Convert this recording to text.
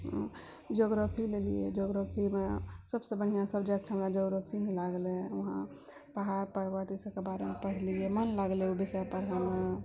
geography लेलियै जियोग्रोफीमे सबसँ बढ़िआँ सब्जैक्ट हमरा जियोग्रोफी ही लागलय वहाँ पहाड़ पर्वत इसबके बारेमे पढ़लियै मन लागलय उ विषय पढ़यमे